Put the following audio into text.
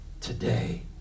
today